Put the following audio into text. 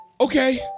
Okay